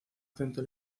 acento